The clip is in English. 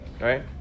Right